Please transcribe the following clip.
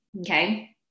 okay